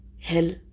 hell